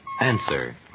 Answer